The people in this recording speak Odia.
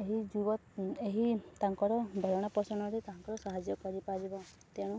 ଏହି ଯୁବ ଏହି ତାଙ୍କର ଭରଣପୋଷଣରେ ତାଙ୍କର ସାହାଯ୍ୟ କରିପାରିବ ତେଣୁ